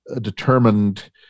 determined